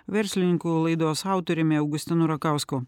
verslininku laidos autoriumi augustinu rakausku